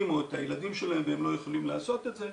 או את הילדים שלהם והם לא יכולים לעשות את זה,